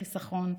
לחיסכון.